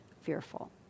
fearful